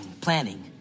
planning